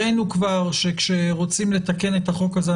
הראנו כבר שכשרוצים לתקן את החוק הזה,